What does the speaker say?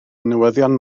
newyddion